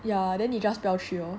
ya then 你 just 不要去 lor